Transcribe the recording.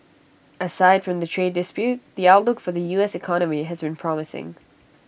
aside from the trade dispute the outlook for the us economy has been promising